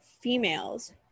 females